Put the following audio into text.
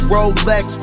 Rolex